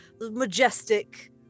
majestic